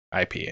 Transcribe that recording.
ip